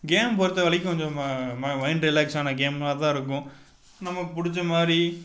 game பொறுத்தவரைக்கும் கொஞ்சம் நம்ம மைண்ட் ரிலாக்ஸ் ஆன கேம்மாக தான் இருக்கும் நமக்கு பிடிச்ச மாதிரி